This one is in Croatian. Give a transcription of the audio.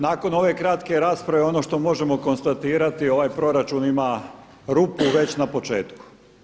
Nakon ove kratke rasprave ono što možemo konstatirati ovaj proračun ima rupu već na početku.